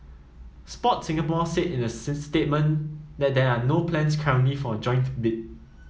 Sport Singapore said in a statement that there are no plans currently for a joint bid